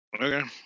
Okay